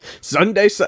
Sunday